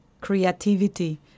creativity